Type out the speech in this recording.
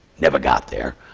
never got there.